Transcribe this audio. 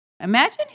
Imagine